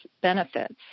benefits